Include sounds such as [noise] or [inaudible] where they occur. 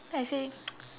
then I say [noise]